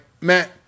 Matt